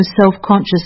self-conscious